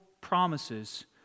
promises